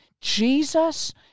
Jesus